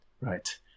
Right